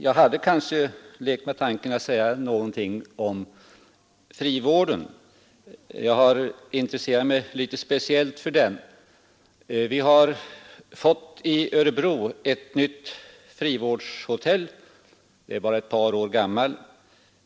Jag hade kanske lekt med tanken att säga någonting om frivården; jag har intresserat mig litet speciellt för den. I Örebro har vi fått ett nytt och mycket bra frivårdshotell — det är bara ett par år gammalt.